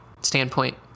standpoint